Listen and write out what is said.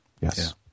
Yes